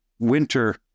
winter